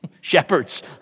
Shepherds